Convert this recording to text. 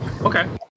Okay